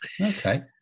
Okay